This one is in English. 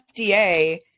FDA